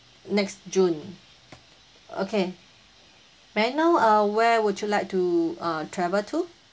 next june okay may I know uh where would you like to uh travel to